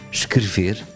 escrever